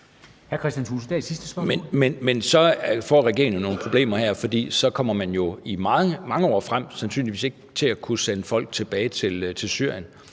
Men så får regeringen jo nogle problemer her, for så kommer man i mange år frem sandsynligvis ikke til at kunne folk tilbage til Syrien.